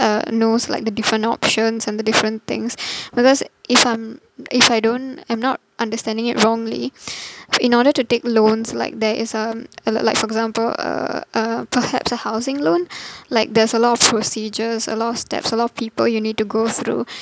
uh knows like the different options and the different things because if I'm if I don't I'm not understanding it wrongly in order to take loans like there is um uh like for example uh uh perhaps a housing loan like there's a lot of procedures a lot of steps a lot of people you need to go through